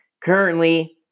Currently